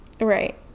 Right